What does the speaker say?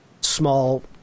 small